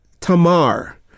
Tamar